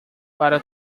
para